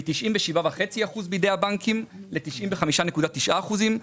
מ-97.5 אחוזים בידי הבנקים ל-95.9 אחוזים.